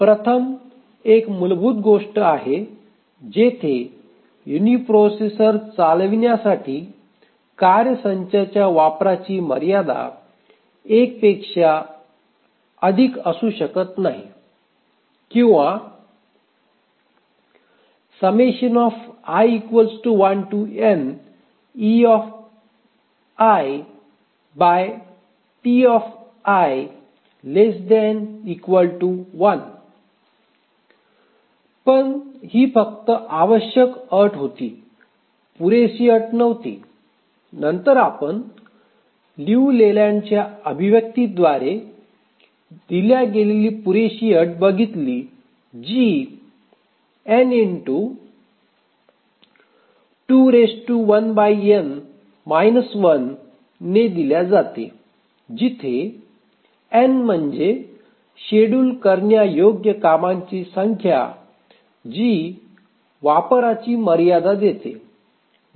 प्रथम एक मूलभूत गोष्ट आहे जेथे युनिप्रोसेसरवर चालविण्यासाठी कार्य संचाच्या वापराची मर्यादा 1 पेक्षा अधिक असू शकत नाही किंवा पण ही फक्त आवश्यक अट होती पुरेसी अट नव्हती नंतर आपण लिऊ लेलँड्सच्या अभिव्यक्तिद्वारे दिल्या गेलेली पुरेशी अट बघितली जी ने दिल्या जाते जिथे n म्हणजे शेड्युल करण्यायोग्य कामांची संख्या जी वापराची मर्यादा देते